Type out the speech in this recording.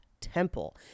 temple